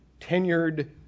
tenured